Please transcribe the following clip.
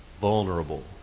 vulnerable